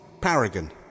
paragon